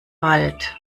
wald